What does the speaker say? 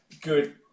good